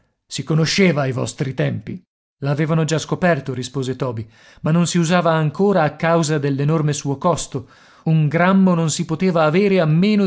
si conosceva ai vostri tempi l'avevano già scoperto rispose toby ma non si usava ancora a causa dell'enorme suo costo un grammo non si poteva avere a